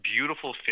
beautiful